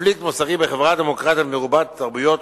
'קונפליקט מוסרי בחברה דמוקרטית מרובת תרבויות,